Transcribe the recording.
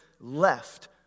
left